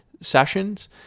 sessions